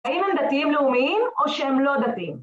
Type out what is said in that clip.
האם הם דתיים לאומיים או שהם לא דתיים?